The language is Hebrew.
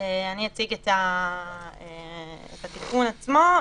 אני אציג את התיקון עצמו,